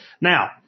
Now